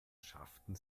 schafften